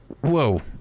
Whoa